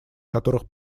которых